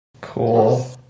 Cool